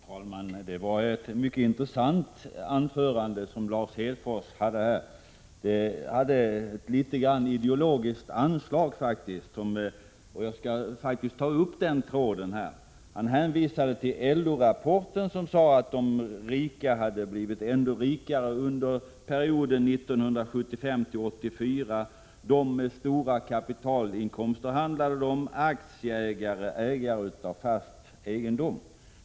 Fru talman! Det var ett mycket intressant anförande som Lars Hedfors höll här. Det hade faktiskt ett ideologiskt anslag, och jag skall ta upp den tråden. Han hänvisade till en LO-rapport, som sade att de rika har blivit ännu rikare under perioden 1975-1984. Rapporten handlade om stora kapitalinkomster, aktieägare och ägare till fastigheter.